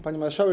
Pani Marszałek!